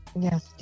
Yes